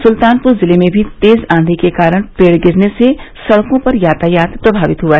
सुल्तानपुर जिले में भी तेज आधी के कारण पेड़ गिरने से सड़को पर यातायात प्रभावित हआ